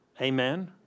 Amen